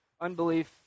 unbelief